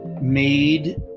made